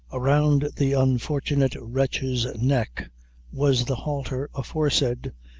around the unfortunate wretch's neck was the halter aforesaid,